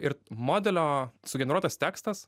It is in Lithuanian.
ir modelio sugeneruotas tekstas